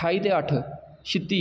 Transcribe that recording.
ठाई ते अट्ठ छित्ती